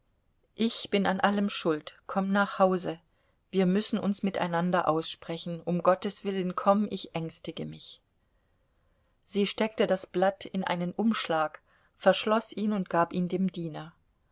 ich bin an allem schuld komm nach hause wir müssen uns miteinander aussprechen um gottes willen komm ich ängstige mich sie steckte das blatt in einen umschlag verschloß ihn und gab ihn dem diener